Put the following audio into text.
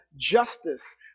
justice